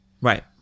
right